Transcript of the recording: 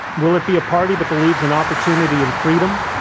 will it be a party that believes in opportunity and freedom,